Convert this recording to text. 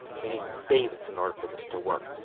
we need to save it in order for this to work.